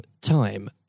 time